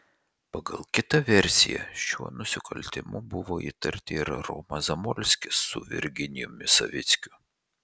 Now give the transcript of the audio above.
pagal kitą versiją šiuo nusikaltimu buvo įtarti ir romas zamolskis su virginijumi savickiu